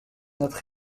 notre